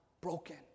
broken